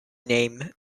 name